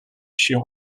się